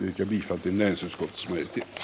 Jag yrkar bifall till näringsutskottets hemställan.